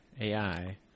AI